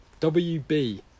WB